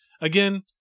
again